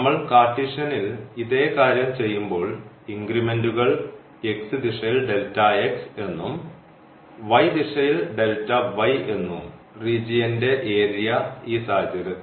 നമ്മൾ കാർട്ടീഷ്യൻൽ ഇതേ കാര്യം ചെയ്യുമ്പോൾ ഇൻഗ്രിമെൻറ്കൾ ദിശയിൽ എന്നും ദിശയിൽ എന്നും റീജിയന്റെ ഏരിയ ഈ സാഹചര്യത്തിൽ